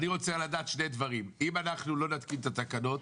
אני רוצה לדעת שני דברים: אם לא נתקין את התקנות,